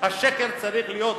השקר צריך להיות מחוץ.